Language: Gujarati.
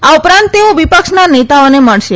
આ ઉપરાંત તેઓ વિપક્ષના નેતાઓને મળશે